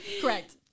correct